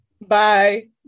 Bye